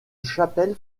chapelle